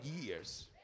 years